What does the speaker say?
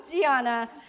Diana